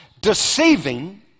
deceiving